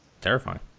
terrifying